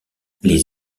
les